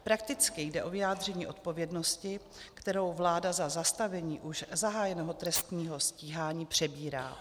Prakticky jde o vyjádření odpovědnosti, kterou vláda za zastavení už zahájeného trestního stíhání přebírá.